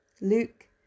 Luke